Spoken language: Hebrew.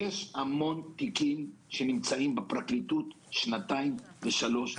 יש המון תיקים שנמצאים בפרקליטות שנתיים ושלוש.